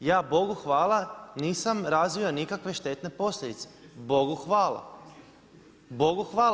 ja Bogu hvala nisam razvio nikakve štetne posljedice, Bogu hvala, Bogu hvala.